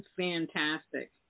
fantastic